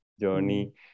journey